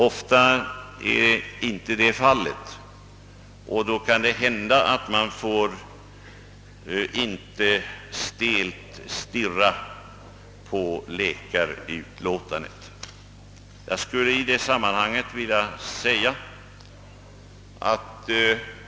Ofta är inte detta fallet, och då kan det hända att man inte helt får stirra sig blind på läkarutlåtandet.